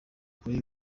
kuri